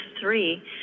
three